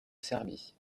serbie